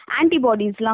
antibodies